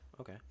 Okay